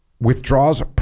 withdraws